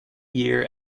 year